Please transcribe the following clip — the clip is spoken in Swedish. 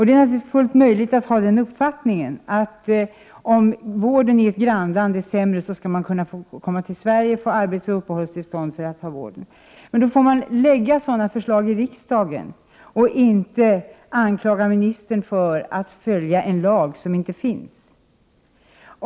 Det är fullt möjligt att ha uppfattningen att om vården i ett grannland är sämre än här, skall man kunna få komma till Sverige och få arbetsoch uppehållstillstånd för att få del av svensk vård. Men om man har den uppfattningen får man lägga fram ett förslag om lagändring i riksdagen och inte anklaga ministern för att inte följa en lag som inte finns.